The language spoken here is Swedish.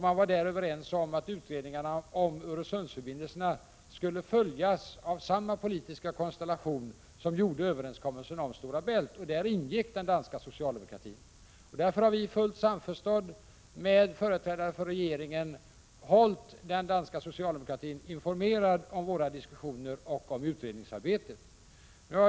Man var där överens om att utredningarna om Öresundsförbindelserna skulle följas av samma politiska konstellation som träffade överenskommelserna om Stora Bält. Däri ingick företrädare för socialdemokraterna i Danmark. Därför har vi i fullt samförstånd med företrädare för regeringen hållit de danska socialdemokraterna informerade om våra diskussioner och om utredningsarbetet.